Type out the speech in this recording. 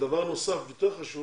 דבר נוסף יותר חשוב